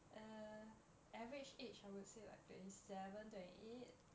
uh the average age I would say like twenty seven twenty eight